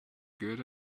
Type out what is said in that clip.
good